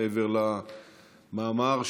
מעבר למאמר,